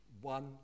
One